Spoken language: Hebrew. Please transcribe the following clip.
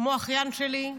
כמו אחיין שלי,